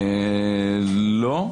לא.